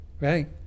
Right